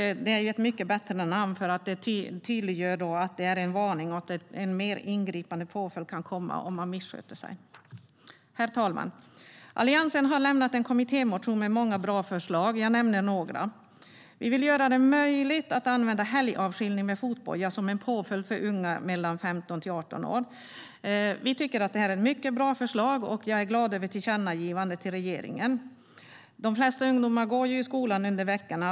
Det är ett mycket bättre namn eftersom det tydliggör att det är en varning och att en mer ingripande påföljd kan komma om man missköter sig. Herr talman! Alliansen har lämnat en kommittémotion med många bra förslag. Jag nämner några. Vi vill göra det möjligt att använda helgavskiljning med fotboja som en påföljd för unga i åldrarna 15-18 år. Vi tycker att det är ett mycket bra förslag. Jag är glad över tillkännagivandet till regeringen. De flesta ungdomar går i skolan under veckorna.